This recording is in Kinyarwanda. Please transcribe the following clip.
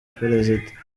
perezida